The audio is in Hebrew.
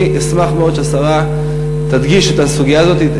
אני אשמח מאוד אם השרה תדגיש את הסוגיה הזאת,